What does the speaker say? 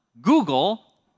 Google